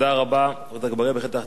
בהחלט הצעת חוק ראויה,